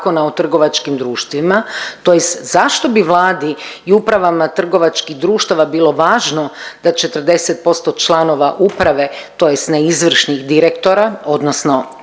o trgovačkim društvima tj. zašto bi Vladi i upravama trgovačkih društava bilo važno da 40% članova uprave tj. neizvršnih direktora odnosno